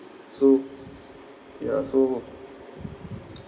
so ya so